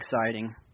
exciting